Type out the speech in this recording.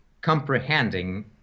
comprehending